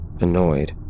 annoyed